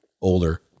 older